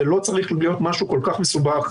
זה לא צריך להיות משהו כל כך מסובך.